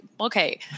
okay